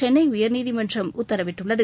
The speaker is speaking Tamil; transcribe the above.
சென்னை உயர்நீதிமன்றம் உத்தரவிட்டுள்ளது